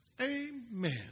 Amen